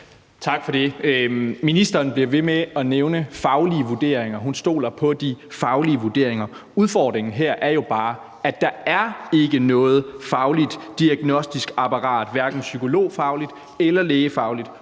Tak for det. Ministeren bliver ved med at nævne faglige vurderinger, at hun stoler på de faglige vurderinger. Udfordringen her er jo bare, at der ikke er noget fagligt diagnostisk apparat, hverken psykologfagligt eller lægefagligt,